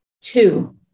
Two